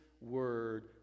word